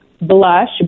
blush